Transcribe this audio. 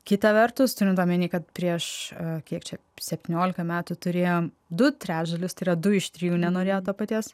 kita vertus turint omeny kad prieš kiek čia septyniolika metų turėjom du trečdalius tai yra du iš trijų nenorėjo to paties